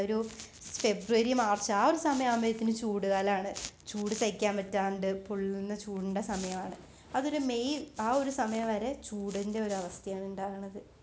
ഒരു February March ആ ഒരു സമയമാകുമ്പോഴത്തേക്കും ചൂട് കാലമാണ് ചൂട് സഹിക്കാന് പറ്റാതെ പൊള്ളുന്ന ചൂടിൻറ്റെ സമയമാണ് അതൊരു മേയ് ആ ഒരു സമയം വരെ ചൂടിന്റെയൊരു അവസ്ഥയാണുണ്ടാകുന്നത്